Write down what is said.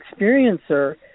experiencer